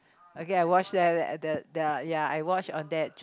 okay I watched that that there are ya I watched on that